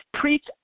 preach